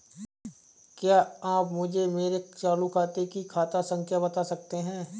क्या आप मुझे मेरे चालू खाते की खाता संख्या बता सकते हैं?